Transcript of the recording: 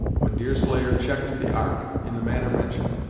when deerslayer checked the ark, in the manner mentioned.